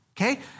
Okay